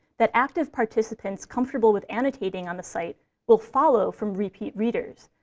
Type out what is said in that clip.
that active participants comfortable with annotating on the site will follow from repeat readers,